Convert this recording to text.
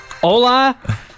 Hola